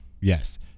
yes